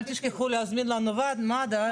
אל תשכחו להזמין לנו את מד"א.